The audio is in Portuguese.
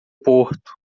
porto